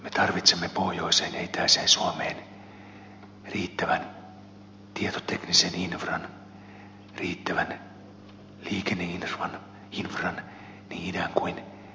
me tarvitsemme pohjoiseen ja itäiseen suomeen riittävän tietoteknisen infran riittävän liikenneinfran niin idän kuin lännen kautta